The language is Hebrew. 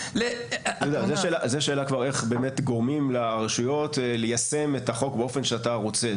זה שאלה כבר איך באמת גורמים לרשויות ליישם את החוק באופן שאתה רוצה.